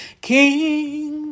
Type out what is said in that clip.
King